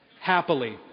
happily